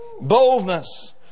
boldness